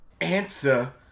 Answer